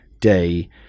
day